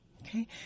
Okay